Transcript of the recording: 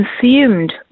consumed